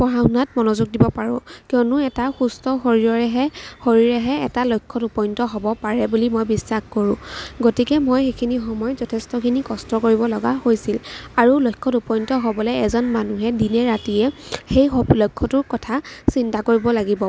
পঢ়া শুনাত মনোযোগ দিব পাৰোঁ কিয়নো এটা সুস্থ শৰীৰৰহে শৰীৰেহে এটা লক্ষ্যত উপনীত হ'ব পাৰে বুলি মই বিশ্বাস কৰোঁ গতিকে মই এইখিনি সময়ত যথেষ্টখিনি কষ্ট কৰিবলগা হৈছিল আৰু লক্ষ্যত উপনীত হ'বলৈ এজন মানুহে দিনে ৰাতিয়ে সেই লক্ষ্য়টোৰ কথা চিন্তা কৰিব লাগিব